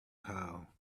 how